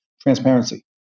Transparency